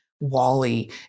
Wally